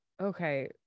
okay